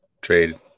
trade